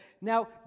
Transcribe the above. Now